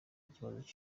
ikibazo